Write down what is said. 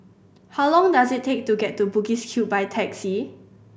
how long does it take to get to Bugis Cube by taxi